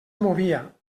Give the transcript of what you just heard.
movia